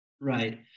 Right